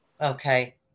Okay